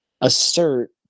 assert